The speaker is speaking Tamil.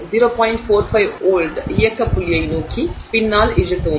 45 வோல்ட் இயக்க புள்ளியை நோக்கி பின்னால் இழுக்கவும்